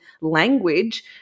language